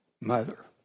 mother